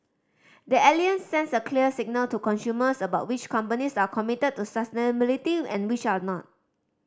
the Alliance sends a clear signal to consumers about which companies are committed to sustainability and which are not